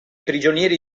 prigionieri